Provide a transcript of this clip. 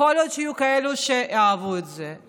יכול להיות שיהיו כאלה שיאהבו את זה,